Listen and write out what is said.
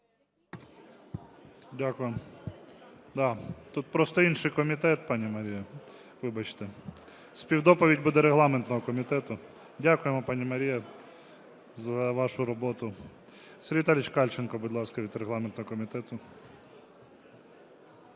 Дякую. Тут просто інший комітет, пані Марія. Вибачте. Співдоповідь буде регламентного комітету. Дякуємо, пані Марія, за вашу роботу. Сергій Віталійович Кальченко, будь ласка, від регламентного комітету.